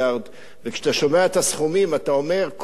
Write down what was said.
כשאתה שומע את הסכומים אתה אומר: כל הגזירות,